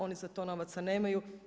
Oni za to novaca nemaju.